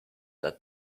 that